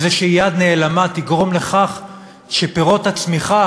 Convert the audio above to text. איזושהי יד נעלמה תגרום לכך שפירות הצמיחה